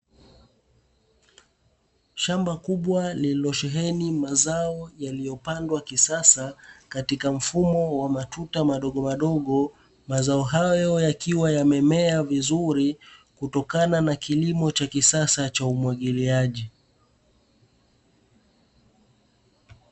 Shamba kubwa lililosheheni mazao yaliyopandwa kisasa katika mfumo wa matuta madogo madogo mazao hayo yakiwa yamemea vizuri kutokana na kilimo cha kisasa cha umwagiliaji.